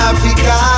Africa